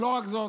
"ולא רק זאת",